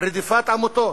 רדיפת עמותות,